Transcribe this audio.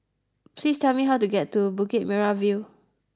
please tell me how to get to Bukit Merah View